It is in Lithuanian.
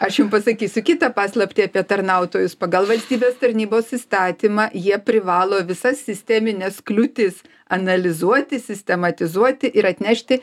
aš jum pasakysiu kitą paslaptį apie tarnautojus pagal valstybės tarnybos įstatymą jie privalo visas sistemines kliūtis analizuoti sistematizuoti ir atnešti